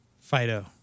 Fido